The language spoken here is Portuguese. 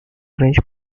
grande